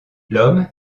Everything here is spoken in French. l’homme